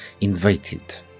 invited